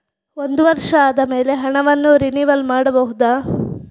ಒಂದು ವರ್ಷ ಆದಮೇಲೆ ಹಣವನ್ನು ರಿನಿವಲ್ ಮಾಡಬಹುದ?